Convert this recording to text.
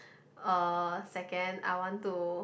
uh second I want to